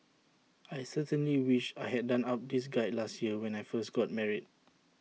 I certainly wish I had done up this guide last year when I first got married